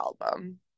album